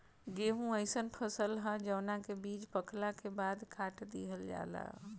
गेंहू अइसन फसल ह जवना के बीज पकला के बाद काट लिहल जाला